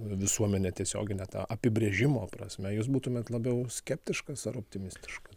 visuomenė tiesiogine ta apibrėžimo prasme jūs būtumėt labiau skeptiškas ar optimistiškas